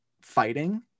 fighting